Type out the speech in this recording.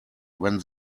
when